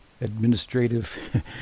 administrative